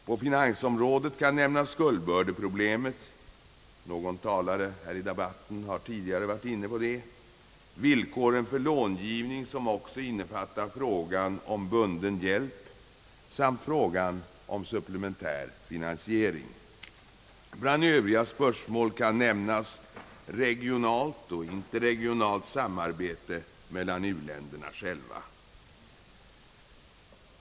På finansområdet kan nämnas skuldbördeproblemet — någon talare har tidigare i debatten varit inne på den frågan — villkoren för långivning, som också innefattar frågan om bunden hjälp, samt frågan om supplementär finansiering. Bland övriga spörsmål kan nämnas regionalt och interregionalt samarbete mellan u-länderna själva.